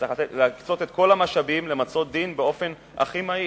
צריך להקצות את כל המשאבים למצות דין באופן הכי מהיר.